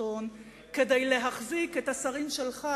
השלטון כדי להחזיק את השרים שלך,